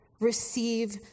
Receive